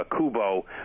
Kubo